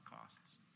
costs